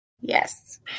Yes